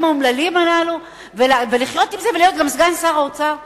האומללים הללו ולחיות עם זה ולהיות גם סגן שר האוצר?